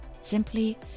Simply